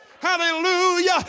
Hallelujah